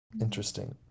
Interesting